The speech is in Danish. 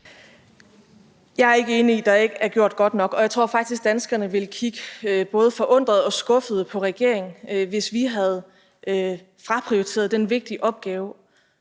Jeg er ikke enig i, at det, der er gjort, ikke er godt nok. Jeg tror faktisk, at danskerne ville kigge både forundrede og skuffede på regeringen, hvis vi havde fraprioriteret den vigtige opgave